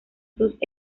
sus